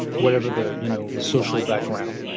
whatever the you know the social background.